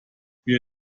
wir